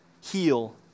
heal